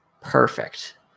Perfect